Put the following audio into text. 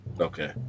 Okay